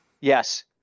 yes